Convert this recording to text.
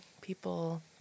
people